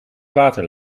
water